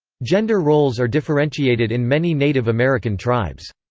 gender roles are differentiated in many native american tribes.